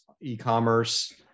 e-commerce